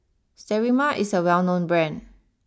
Sterimar is a well known Brand